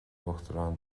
uachtaráin